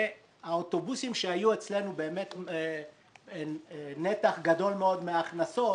והאוטובוסים שהיו אצלנו באמת נתח גדול מאוד מההכנסות